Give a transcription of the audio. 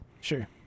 Sure